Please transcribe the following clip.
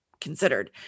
considered